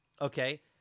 okay